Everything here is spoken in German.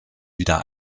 wieder